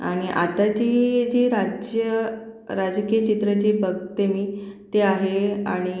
आणि आताची जी राज्य राजकीय चित्र जे बघते मी ते आहे आणि